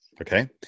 okay